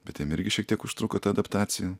bet jam irgi šiek tiek užtrukto ta adaptacija